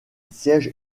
siège